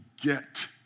get